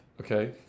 Okay